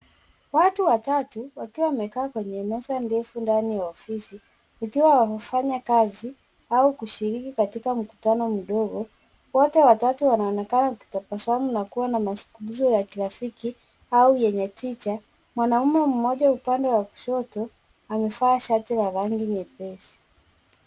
Watu watatu wakiwa wamekaa kwenye meza ndefu ya ofisi wakiwa wanafanya kazi au kushiriki katika mkutano mdogo, wote watatu wanaonenakana wakitabasamu nakuwa na masukumbuzo ya kirafiki au yenye tija, mwanaume mmoja upande ya kushoto, amevaa shati la rangi nyepesi.